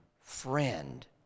friend